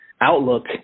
outlook